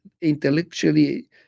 intellectually